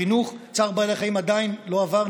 חינוך צער בעלי חיים עדיין לא עבר,